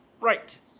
Right